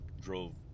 drove